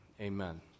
Amen